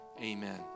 amen